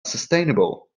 sustainable